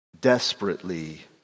desperately